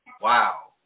Wow